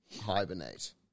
hibernate